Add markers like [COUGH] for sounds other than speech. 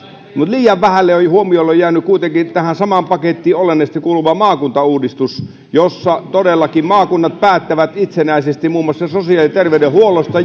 mutta liian vähälle huomiolle on jäänyt kuitenkin tähän samaan pakettiin olennaisesti kuuluva maakuntauudistus jossa todellakin maakunnat päättävät itsenäisesti muun muassa sosiaali ja terveydenhuollosta [UNINTELLIGIBLE]